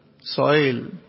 soil